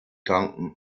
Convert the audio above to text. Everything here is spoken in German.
tanken